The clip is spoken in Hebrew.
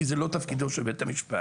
כי זהו לא תפקידו של בית המשפט